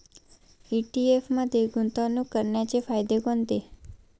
ETF मध्ये गुंतवणूक करण्याचे फायदे कोणते?